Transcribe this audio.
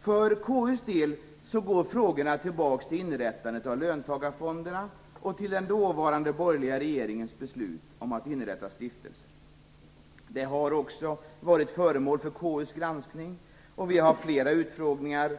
För KU:s del går frågorna tillbaka till såväl inrättandet av löntagarfonderna som den dåvarande borgerliga regeringens beslut om att inrätta stiftelser. Frågorna har också varit föremål för KU:s granskning, och vi har haft flera utfrågningar